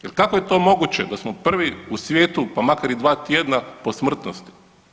Jer kako je to moguće da smo prvi u svijetu, pa makar i dva tjedna po smrtnosti.